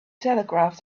telegraph